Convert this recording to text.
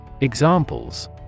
Examples